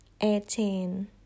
Eighteen